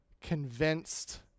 convinced